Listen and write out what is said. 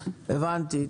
הבנתי.